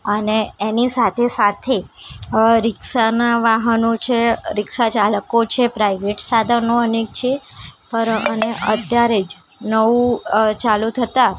અને એની સાથે સાથે રીક્ષાનાં વાહનો છે રીક્ષા ચાલકો છે પ્રાઇવેટ સાધનો અનેક છે અને અત્યારે જ નવું ચાલુ થતાં